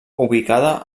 ubicada